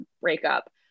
breakup